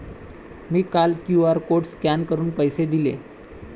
मी काल QR code scan करून पैसे दिले